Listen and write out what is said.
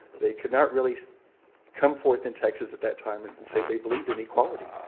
they could not really come forth in texas at that time and and say they believed in equality.